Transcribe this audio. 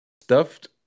stuffed